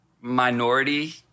minority